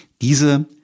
Diese